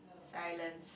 silent